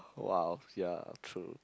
!wow! ya true